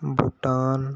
Bhutan